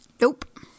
Nope